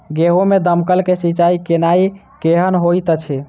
गेंहूँ मे दमकल सँ सिंचाई केनाइ केहन होइत अछि?